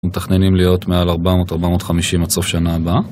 מתכננים להיות מעל 400-450 עד סוף שנה הבאה